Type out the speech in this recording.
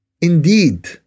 Indeed